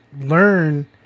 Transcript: learn